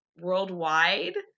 worldwide